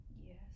Yes